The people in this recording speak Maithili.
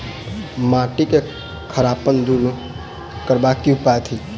माटि केँ खड़ापन दूर करबाक की उपाय थिक?